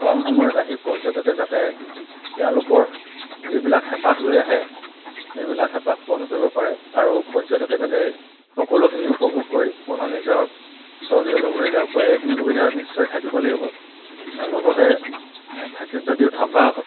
কম সময়ত আহি পৰ্যটকে যাতে তেওঁলোকৰ যিবিলাক হেঁপাহ লৈ আহে সেইবিলাক হেঁপাহ পূৰণ কৰিব পাৰে আৰু পৰ্যটকে যাতে সকলোখিনি উপভোগ কৰি পুনৰ নিজৰ স্বগৃহলৈ উভতি যাব পাৰে এইখিনি সুবিধা নিশ্চয় থাকিব লাগিব আৰু লগতে থাকি যদিও থকা